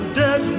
dead